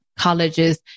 colleges